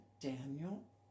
Daniel